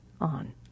on